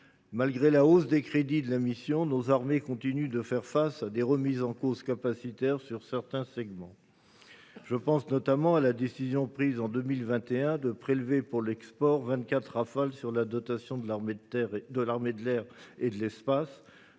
malgré la hausse des crédits de la mission, nos armées continuent de faire face à des remises en cause capacitaires pour certains segments. Je pense notamment à la décision, prise en 2021, de prélever pour l’export 24 avions Rafale sur la dotation de l’armée de l’air et de l’espace.